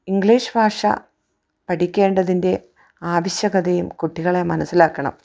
English ഭാഷ പഠിക്കേണ്ടതിൻ്റെ ആവശ്യകതയും കുട്ടികളെ മനസ്സിലാക്കണം